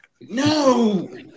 No